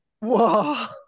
Wow